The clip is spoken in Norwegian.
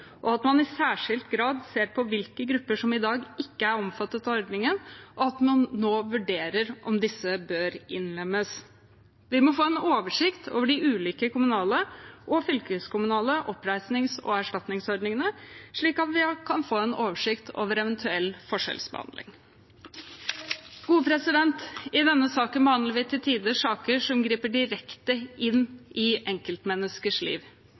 og at man i særskilt grad ser på hvilke grupper som i dag ikke er omfattet av ordningene, og nå vurderer om disse bør innlemmes. Vi må få en oversikt over de ulike kommunale og fylkeskommunale oppreisnings- og erstatningsordningene, slik at vi kan få en oversikt over eventuell forskjellsbehandling. I denne salen behandler vi til tider saker som griper direkte inn i enkeltmenneskers liv.